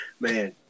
Man